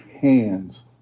hands